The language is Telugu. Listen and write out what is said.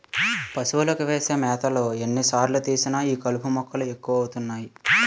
పశువులకు వేసే మేతలో ఎన్ని సార్లు తీసినా ఈ కలుపు మొక్కలు ఎక్కువ అవుతున్నాయి